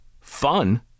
fun